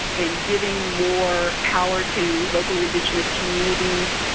in giving more power to local indigenous communities.